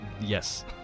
yes